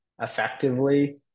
effectively